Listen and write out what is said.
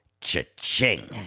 cha-ching